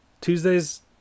Tuesdays